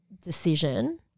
decision